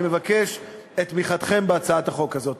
אני מבקש את תמיכתכם בהצעת החוק הזאת.